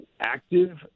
active